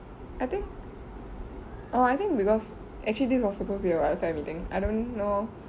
I think orh I think because actually this was supposed to be about the wifi meeting I don't know